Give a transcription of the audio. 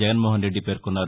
జగన్మోహన్రెడ్డి పేర్కొన్నారు